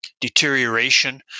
deterioration